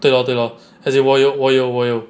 对咯对咯 as in 我有我有我有